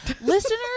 listeners